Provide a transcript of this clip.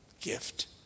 gift